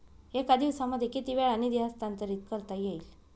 एका दिवसामध्ये किती वेळा निधी हस्तांतरीत करता येईल?